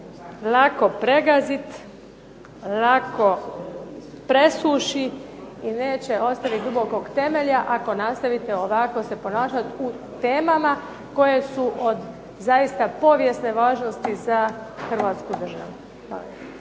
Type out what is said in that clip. lako pregazit, lako presuši i neće ostavit dubokog temelja ako nastavite ovako se ponašat u temama koje su od zaista povijesne važnosti za Hrvatsku državu.